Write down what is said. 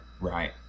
Right